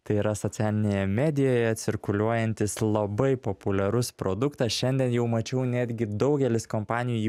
tai yra socialinėje medijoje cirkuliuojantis labai populiarus produktas šiandien jau mačiau netgi daugelis kompanijų jį